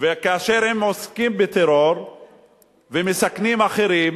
וכאשר הם עוסקים בטרור ומסכנים אחרים,